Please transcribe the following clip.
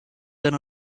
than